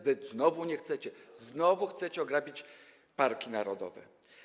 Wy znowu tego nie chcecie, znowu chcecie ograbić parki narodowe.